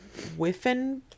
Whiffin